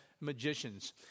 magicians